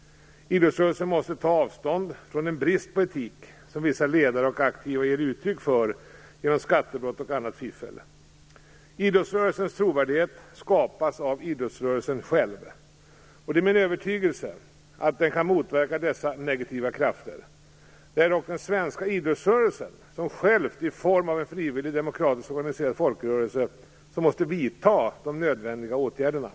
Idrottsrörelsen måste ta avstånd från den brist på etik som vissa ledare och aktiva ger uttryck för genom skattebrott och annat fiffel. Idrottsrörelsens trovärdighet skapas av idrottsrörelsen självt. Det är min övertygelse att den kan motverka dessa negativa krafter. Det är också den svenska idrottsrörelsen som själv i form av en frivilligt demokratiskt organiserad folkrörelse måste vidta de nödvändiga åtgärderna.